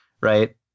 right